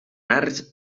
arts